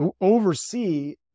oversee